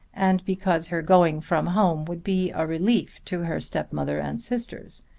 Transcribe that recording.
and because her going from home would be a relief to her stepmother and sisters,